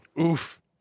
Oof